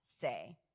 say